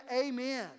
Amen